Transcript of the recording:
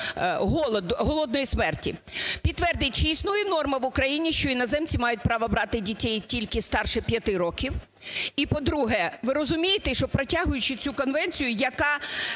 - від голодної смерті? Підвередіть, чи існує норма в Україні, що іноземці мають право брати дітей тільки старше 5 років. І, по-друге, ви розумієте, що, протягуючи цю конвенцію, яка